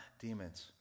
demons